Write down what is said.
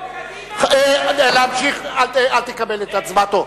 כמו קדימה, להמשיך, אל תקבל את הצבעתו.